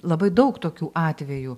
labai daug tokių atvejų